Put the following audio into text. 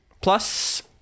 Plus